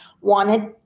wanted